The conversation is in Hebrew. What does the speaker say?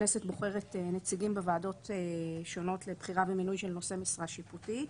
הכנסת בוחרת נציגים בוועדות שונות לבחירה ומינוי של נושאי משרה שיפוטית.